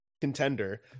contender